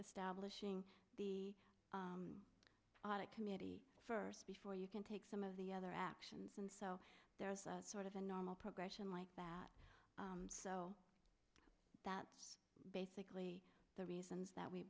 establishing the audit committee first before you can take some of the other actions and so there's sort of a normal progression like that that basically the reasons that we